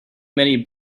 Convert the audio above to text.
many